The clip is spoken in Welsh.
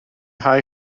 nghae